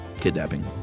Kidnapping